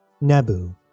Nebu